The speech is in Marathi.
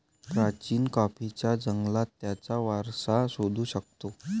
प्राचीन कॉफीच्या जंगलात त्याचा वारसा शोधू शकतो